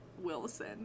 Wilson